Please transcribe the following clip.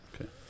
Okay